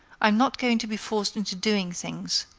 i'm not going to be forced into doing things.